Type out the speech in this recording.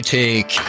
take